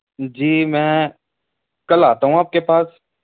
جی میں کل آتا ہوں آپ کے پاس